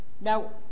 Now